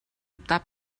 optar